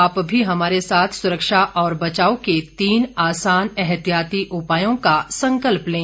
आप भी हमारे साथ सुरक्षा और बचाव के तीन आसान एहतियाती उपायों का संकल्प लें